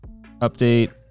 update